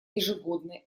ежегодно